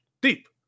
Deep